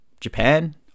Japan